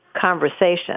conversation